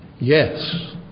yes